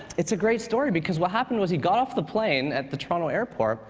it's a great story, because what happened was he got off the plane at the toronto airport,